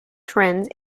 trends